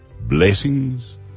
Blessings